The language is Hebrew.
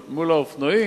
מול האופנועים,